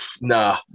Nah